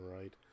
right